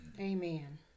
Amen